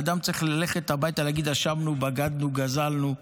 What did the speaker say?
אדם צריך ללכת הביתה, להגיד: אשמנו, בגדנו, גזלנו.